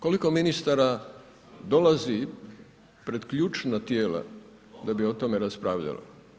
Koliko ministara dolazi pred ključna tijela da bi o tome raspravljali?